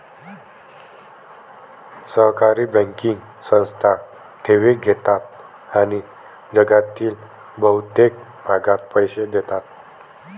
सहकारी बँकिंग संस्था ठेवी घेतात आणि जगातील बहुतेक भागात पैसे देतात